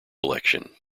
election